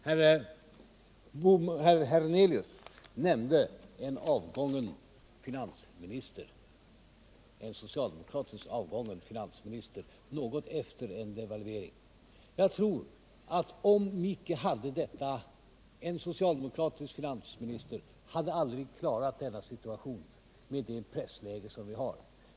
Herr Hernelius nämnde en socialdemokratisk finansminister som avgått något efter en devalvering. En socialdemokratisk finansminister hade aldrig klarat denna situation, med det pressläge vi har.